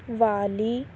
ਵਾਲੀ